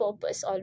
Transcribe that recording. purpose